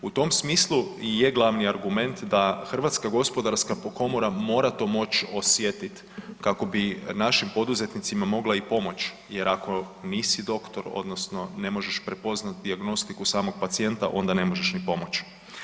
U tom smislu i je glavni argument da Hrvatska gospodarska komora mora to moć osjetit kako bi našim poduzetnicima mogla i pomoć jer ako nisi doktor odnosno ne možeš prepoznati dijagnostiku samog pacijenta onda ne možeš ni pomoći.